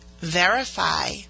verify